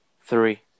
three